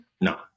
No